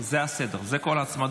זה הסדר, זה כל ההצמדות.